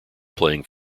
playing